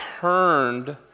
turned